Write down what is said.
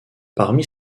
parmi